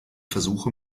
versuche